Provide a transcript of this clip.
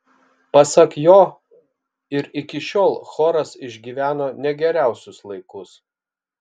pasak jo ir iki šiol choras išgyveno ne geriausius laikus